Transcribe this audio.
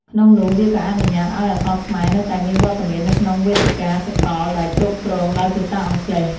ក្នុងនោះ វាក៏អនុញ្ញាតឱ្យអក្សរខ្មែរនៅតែមានវត្តមាននៅក្នុងវេទិកាសកលដែលគ្រប់គ្រងដោយភាសាអង់គ្លេស។